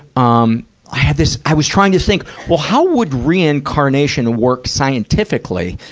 um i had this, i was trying to think. well, how would reincarnation work scientifically?